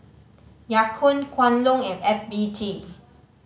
Ya Kun Kwan Loong and F B T